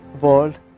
world